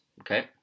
okay